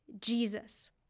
Jesus